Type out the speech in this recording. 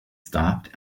stopped